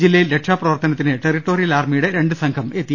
ജില്ലയിൽ രക്ഷാപ്രവർത്തനത്തിന് territorial ആർമിയുടെ രണ്ട് സംഘം രംഗത്തിറങ്ങി